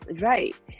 right